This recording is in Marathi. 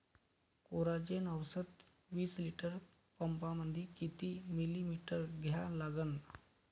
कोराजेन औषध विस लिटर पंपामंदी किती मिलीमिटर घ्या लागन?